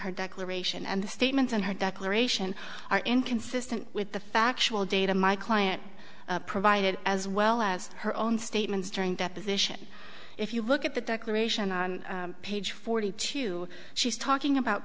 her declaration and the statements in her declaration are inconsistent with the factual data my client provided as well as her own statements during deposition if you look at the declaration page forty two she's talking about